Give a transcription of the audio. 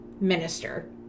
minister